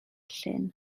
llyn